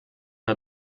der